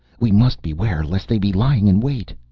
we must beware lest they be lying in wait!